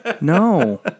No